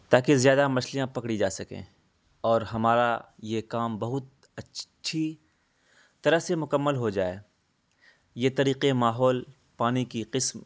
تاکہ زیادہ مچھلیاں پکڑی جا سکیں اور ہمارا یہ کام بہت اچھی طرح سے مکمل ہو جائے یہ طریقے ماحول پانی کی قسم